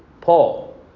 Paul